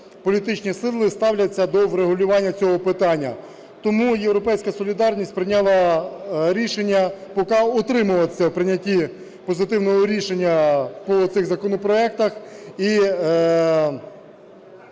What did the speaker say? політичні сили ставляться до врегулювання цього питання. Тому "Європейська солідарність" прийняла рішення поки утримуватися в прийнятті позитивного рішення по цих законопроектах,